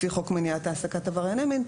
לפי חוק מניעת העסקת עברייני מין.